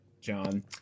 John